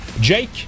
jake